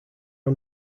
are